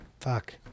fuck